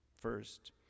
First